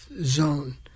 zone